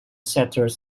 sectors